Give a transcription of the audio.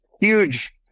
Huge